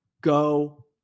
Go